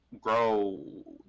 grow